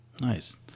Nice